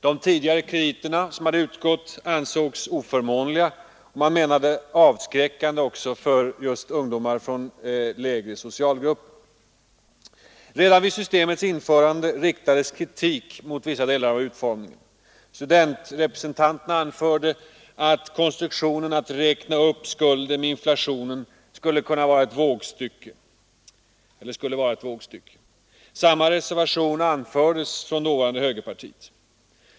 De tidigare krediterna ansågs oförmånliga och som man menade avskräckande för ungdomar ur lägre socialgrupper. Men redan vid systemets införande riktades kritik mot vissa delar av utformningen. Studentrepresentanterna anförde att konstruktionen att räkna upp skulden med inflationen var ett vågstycke. Samma reservation anfördes från dåvarande högerpartiet.